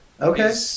okay